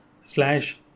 slash